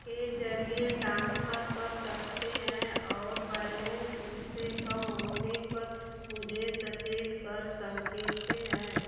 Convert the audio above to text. के ज़रिए ट्रांसफर कर सकते हैं और बैलेंस इससे कम होने पर मुझे सचेत कर सकते हैं